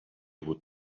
would